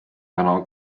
täna